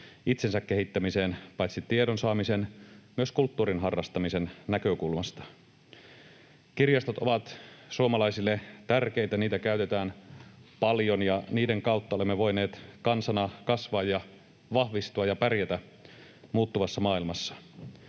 itsensä kehittämiseen paitsi tiedon saamisen myös kulttuurin harrastamisen näkökulmasta. Kirjastot ovat suomalaisille tärkeitä. Niitä käytetään paljon, ja niiden kautta olemme voineet kansana kasvaa ja vahvistua ja pärjätä muuttuvassa maailmassa.